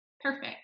Perfect